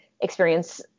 experience